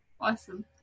Awesome